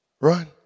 run